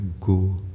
go